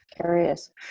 curious